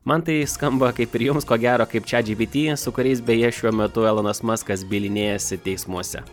man tai skamba kaip ir jums ko gero kaip chatgpt su kuriais beje šiuo metu elonas maskas bylinėjasi teismuose